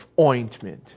ointment